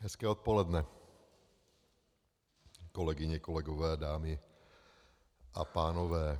Hezké odpoledne, kolegyně, kolegové, dámy a pánové.